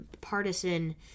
partisan